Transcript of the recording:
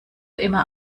immer